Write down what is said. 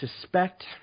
suspect